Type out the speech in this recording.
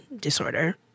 disorder